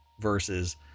versus